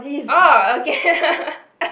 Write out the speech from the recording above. oh okay